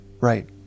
right